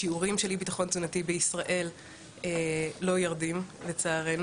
השיעורים של אי ביטחון תזונתי בישראל לא יורדים לצערנו,